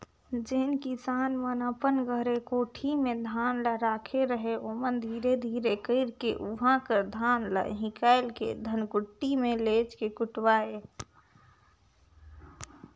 जेन किसान मन अपन घरे कोठी में धान ल राखे रहें ओमन धीरे धीरे कइरके उहां कर धान ल हिंकाएल के धनकुट्टी में लेइज के कुटवाएं